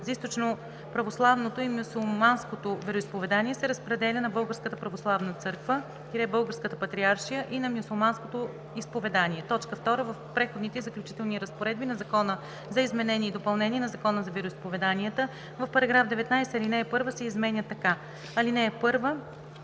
за източноправославното и мюсюлманското вероизповедание се разпределя на Българската православна църква – Българска патриаршия, и на Мюсюлманското изповедание.“ 2. В преходните и заключителните разпоредби на Закона за изменение и допълнение на Закона за вероизповеданията (обн., ДВ, бр. ...) в § 19 ал. 1 се изменя така: „(1)